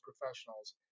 professionals